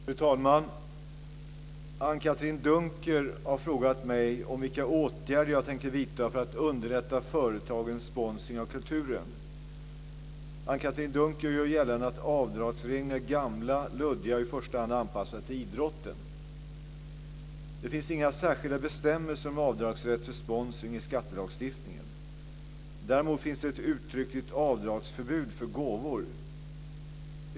Fru talman! Anne-Katrine Dunker har frågat mig om vilka åtgärder jag tänker vidta för att underlätta företagens sponsring av kulturen. Anne-Katrine Dunker gör gällande att avdragsreglerna är gamla, luddiga och i första hand anpassade till idrotten. Det finns inga särskilda bestämmelser om avdragsrätt för sponsring i skattelagstiftningen. Däremot finns det ett uttryckligt avdragsförbud för gåvor.